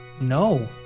no